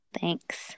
thanks